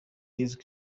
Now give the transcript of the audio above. yesu